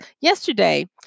Yesterday